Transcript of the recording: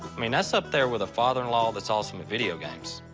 mean, that's up there with a father-in-law that's also into video games.